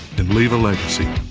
and leave a legacy.